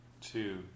two